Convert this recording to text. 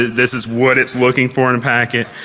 this is what it's looking for in a packet.